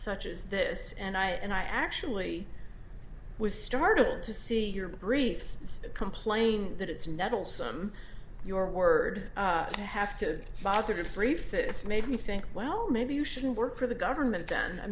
such as this and i and i actually was startled to see your brief complaint that it's nettlesome your word i have to father three fifth's made me think well maybe you shouldn't work for the government then i